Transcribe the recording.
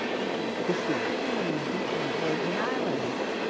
and extremely different virgin islands.